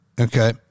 Okay